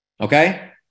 Okay